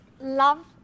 love